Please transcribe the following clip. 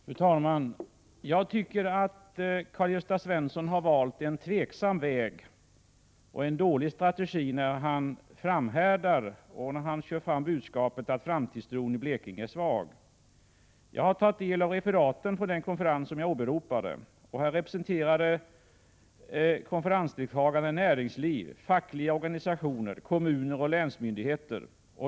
Fru talman! Jag tycker att Karl-Gösta Svenson har valt en tvivelaktig väg och en dålig strategi när han framhärdar med budskapet att framtidstron i Blekinge är svag. Jag har tagit del av referaten från den konferens som jag åberopade. Konferensdeltagarna representerade näringsliv, fackliga organisationer, kommuner och länsmyndigheter.